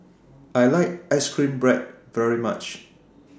I like Ice Cream Bread very much